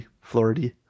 Florida